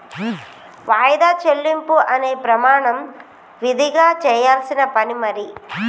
వాయిదా చెల్లింపు అనే ప్రమాణం విదిగా చెయ్యాల్సిన పని మరి